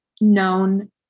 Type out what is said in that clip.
known